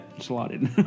slotted